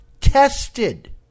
tested